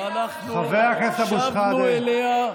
ואנחנו שבנו אליה,